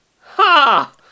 Ha